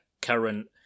current